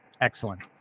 Excellent